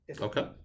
okay